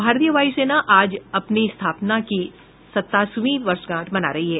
भारतीय वायु सेना आज अपनी स्थापना की सतासीवीं वर्षगांठ मना रही है